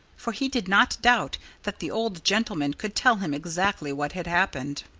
for he did not doubt that the old gentleman could tell him exactly what had happened.